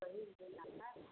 वही जो लंबा